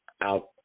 out